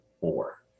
four